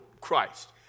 Christ